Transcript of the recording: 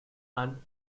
and